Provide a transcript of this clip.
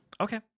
Okay